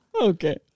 Okay